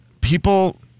people